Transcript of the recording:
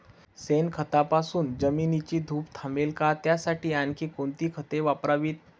सोनखतापासून जमिनीची धूप थांबेल का? त्यासाठी आणखी कोणती खते वापरावीत?